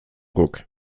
ruck